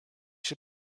się